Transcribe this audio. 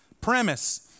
premise